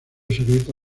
secreto